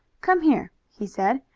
come here, he said,